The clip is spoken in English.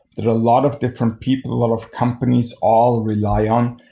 that a lot of different people, a lot of companies all rely on,